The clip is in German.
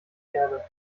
erde